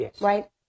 right